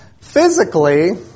physically